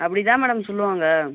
அப்படி தான் மேடம் சொல்லுவாங்கள்